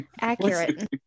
accurate